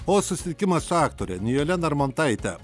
o susitikimas su aktore nijole narmontaite